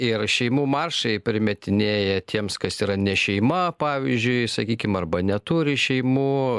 ir šeimų maršai primetinėja tiems kas yra ne šeima pavyzdžiui sakykim arba neturi šeimų